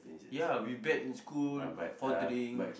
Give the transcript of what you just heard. ya we bet in school for drink